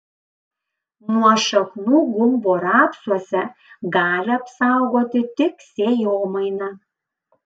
nuo šaknų gumbo rapsuose gali apsaugoti tik sėjomaina